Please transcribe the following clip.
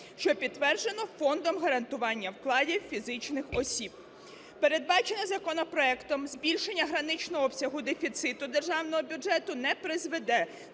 що підтверджено Фондом гарантування вкладів фізичних осіб. Передбачене законопроектом збільшення граничного обсягу дефіциту державного бюджету не призведе